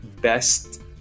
best